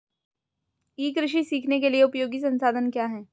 ई कृषि सीखने के लिए उपयोगी संसाधन क्या हैं?